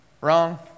Wrong